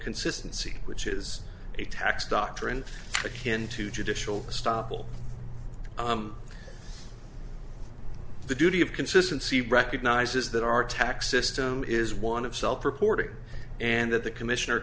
consistency which is a tax doctrine akin to judicial stoffel the duty of consistency recognizes that our tax system is one of self reporting and that the commissioner